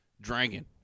Dragon